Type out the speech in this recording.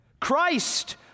Christ